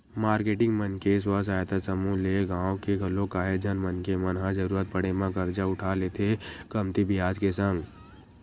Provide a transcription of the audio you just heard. marketing मन के स्व सहायता समूह ले गाँव के घलोक काहेच झन मनखे मन ह जरुरत पड़े म करजा उठा लेथे कमती बियाज के संग